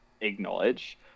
acknowledge